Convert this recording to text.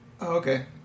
okay